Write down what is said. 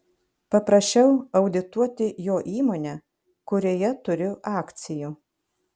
paprašiau audituoti jo įmonę kurioje turiu akcijų